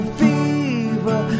fever